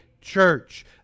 church